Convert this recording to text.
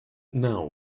now